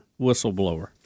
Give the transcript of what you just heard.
whistleblower